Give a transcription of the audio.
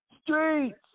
Streets